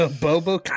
bobo